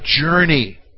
journey